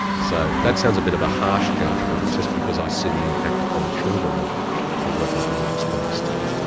so if that sounds a bit of a harsh judgment, it's just because i see the impact upon children, of of what they're being exposed to.